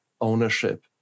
ownership